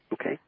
Okay